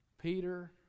Peter